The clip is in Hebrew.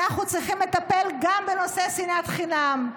אנחנו צריכים לטפל גם בנושא שנאת חינם.